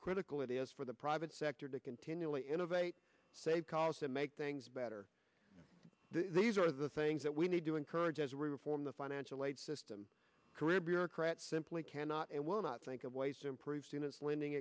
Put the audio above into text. critical it is for the private sector to continually innovate save costs and make things better these are the things that we need to encourage as a reform the financial aid system career bureaucrats simply cannot and will not think of ways to improve students learning